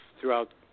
throughout